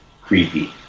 creepy